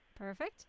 Perfect